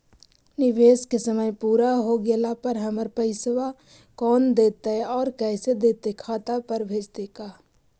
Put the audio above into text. निवेश के समय पुरा हो गेला पर हमर पैसबा कोन देतै और कैसे देतै खाता पर भेजतै का?